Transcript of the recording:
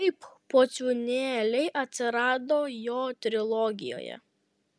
taip pociūnėliai atsirado jo trilogijoje